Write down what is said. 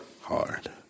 Hard